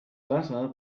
better